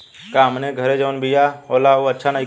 का हमनी के घरे जवन बिया होला उ अच्छा नईखे?